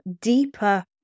deeper